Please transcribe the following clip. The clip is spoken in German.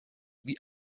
wie